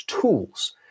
tools